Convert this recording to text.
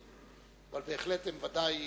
הם ודאי